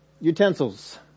utensils